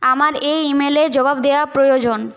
আমার এই ইমেলে জবাব দেওয়া প্রয়োজন